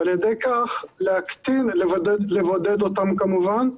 וכמובן לבודד אותם,